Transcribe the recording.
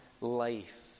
life